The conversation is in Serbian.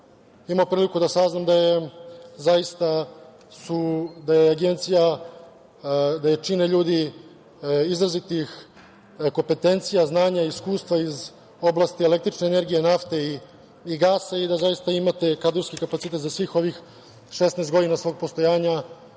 ima priliku da saznam da je zaista Agencija, da jačina ljudi izrazitih kompetencija, znanja i iskustva iz oblasti električne energije, nafte i gasa i da zaista imate kadrovski kapacitet za svih ovih 16 godina svog postojanja